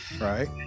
Right